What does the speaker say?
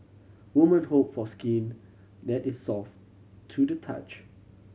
woman hope for skin that is soft to the touch